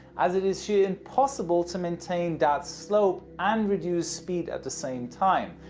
as it is sheer impossible to maintain that slope, and reduce speed at the same time.